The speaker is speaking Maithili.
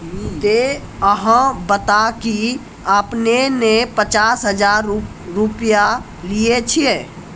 ते अहाँ बता की आपने ने पचास हजार रु लिए छिए?